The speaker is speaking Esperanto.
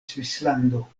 svislando